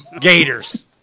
Gators